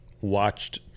watched